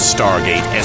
Stargate